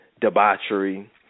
debauchery